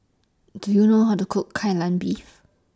Do YOU know How to Cook Kai Lan Beef